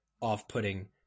off-putting